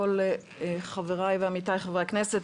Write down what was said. כל חבריי ועמיתיי חברי הכנסת,